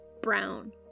brown